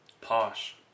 Posh